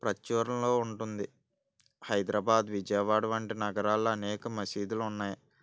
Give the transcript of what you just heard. ప్రాచుర్యంలో ఉంటుంది హైదరాబాద్ విజయవాడ వంటి నగరాల్లో అనేక మసీదులు ఉన్నాయి